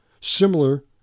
similar